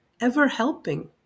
ever-helping